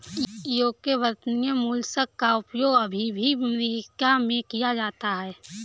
UK वर्तनी mollusc का उपयोग अभी भी अमेरिका में किया जाता है